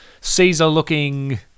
Caesar-looking